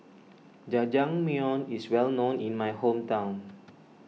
Jajangmyeon is well known in my hometown